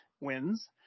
wins